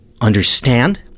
understand